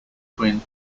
twin